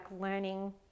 learning